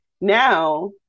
Now